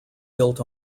built